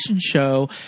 show